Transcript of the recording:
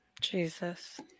Jesus